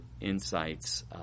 insights